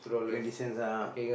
twenty cents ah ah